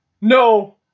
No